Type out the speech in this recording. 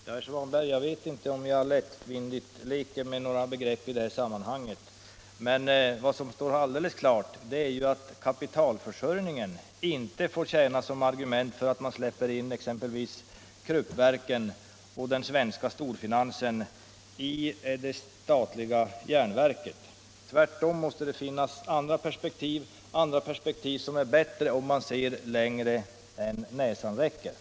Herr talman! Jag vet inte, herr Svanberg, om jag leker lättvindigt med några begrepp i detta sammanhang. Men vad som står alldeles klart är att kapitalförsörjningen inte får tjäna som argument för att släppa in exempelvis Kruppverken och den svenska storfinansen i det statliga järnverket. Tvärtom måste det finnas andra perspektiv som är bättre, om man ser litet längre än näsan räcker.